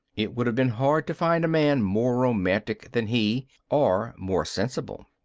it would have been hard to find a man more romantic than he, or more sensible.